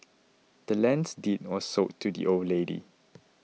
the land's deed was sold to the old lady